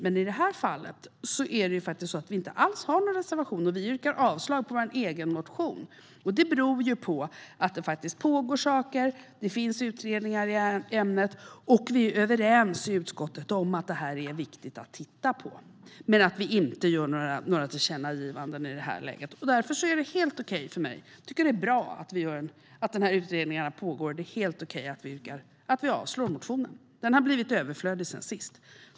Men i det här fallet har vi faktiskt ingen reservation, utan vi yrkar avslag på vår egen motion. Det beror på att det faktiskt pågår saker. Det finns utredningar i ämnet, och vi är överens i utskottet om att det här är viktigt att titta på. Vi gör dock inga tillkännagivanden i det här läget, och det är helt okej för mig. Jag tycker att det är bra att dessa utredningar pågår, och det är helt okej att vi avslår motionen. Den har blivit överflödig sedan sist.